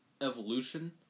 evolution